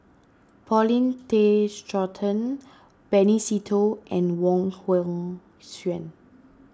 Paulin Tay Straughan Benny Se Teo and Wong Hong Suen